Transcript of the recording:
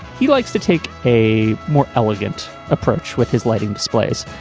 he likes to take a more elegant approach with his lighting displays.